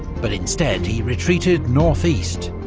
but instead he retreated northeast,